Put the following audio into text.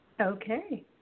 Okay